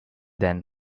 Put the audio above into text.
then